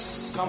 Come